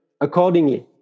accordingly